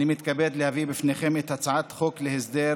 אני מתכבד להביא בפניכם את הצעת חוק להסדר